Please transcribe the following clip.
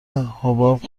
حباب